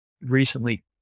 recently